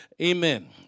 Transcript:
amen